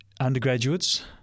undergraduates